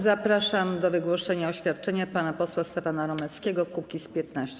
Zapraszam do wygłoszenia oświadczenia pana posła Stefana Romeckiego, Kukiz’15.